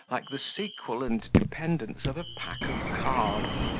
like the sequel and dependence of a pack of cards.